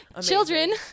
Children